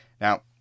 Now